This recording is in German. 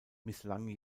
misslang